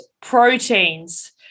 proteins